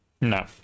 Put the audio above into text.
no